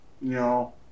no